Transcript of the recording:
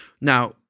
Now